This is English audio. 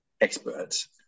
experts